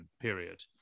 period